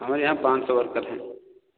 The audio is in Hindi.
हमारे यहाँ पाँच सौ वर्कर हैं